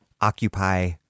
Occupy